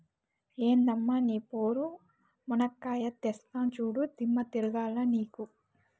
ఎందమ్మ నీ పోరు, మునక్కాయా తెస్తా చూడు, దిమ్మ తిరగాల నీకు